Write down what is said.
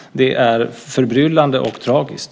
Det är förbryllande och tragiskt.